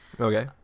Okay